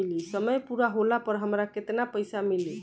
समय पूरा होला पर हमरा केतना पइसा मिली?